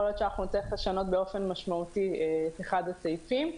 ויכול להיות שאנחנו נצטרך לשנות באופן משמעותי את אחד הסעיפים.